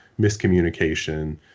miscommunication